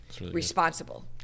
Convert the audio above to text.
responsible